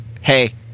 hey